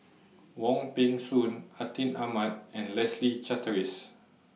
Wong Peng Soon Atin Amat and Leslie Charteris